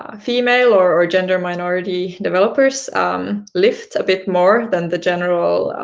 ah female or or gender-minority developers lift a bit more than the general